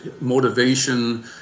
motivation